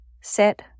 sit